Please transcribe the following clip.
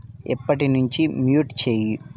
ఇప్పటి నుంచి మ్యూట్ చేయి